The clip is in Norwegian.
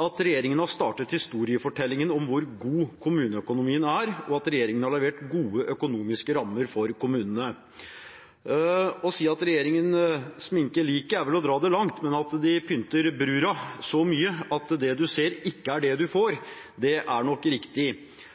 at regjeringen har startet historiefortellingen om hvor god kommuneøkonomien er, og at regjeringen har levert gode økonomiske rammer for kommunene. Det å si at regjeringen sminker liket, er vel å dra det langt, men at de pynter bruden så mye at det du ser, ikke er det du får,